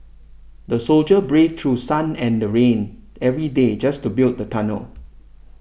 the soldier braved through sun and the rain every day just to build the tunnel